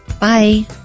Bye